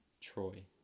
Troy